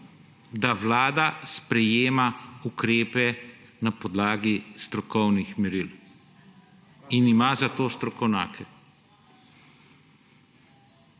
da Vlada sprejema ukrepe na podlagi strokovnih meril in ima za to strokovnjake.